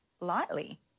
Lightly